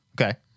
Okay